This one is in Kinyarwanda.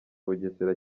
bugesera